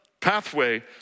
pathway